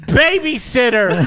babysitter